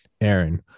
aaron